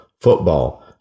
football